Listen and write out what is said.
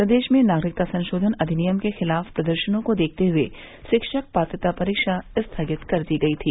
प्रदेश में नागरिकता संशोधन अधिनियम के खिलाफ प्रदर्शनों को देखते हुए शिक्षक पात्रता परीक्षा स्थगित कर दी गई थी